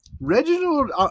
Reginald